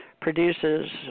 produces